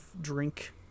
drink